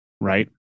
right